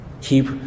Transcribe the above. Keep